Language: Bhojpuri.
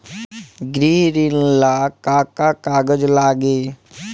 गृह ऋण ला का का कागज लागी?